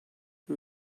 who